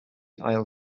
ail